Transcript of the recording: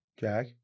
Jack